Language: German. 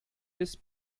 ist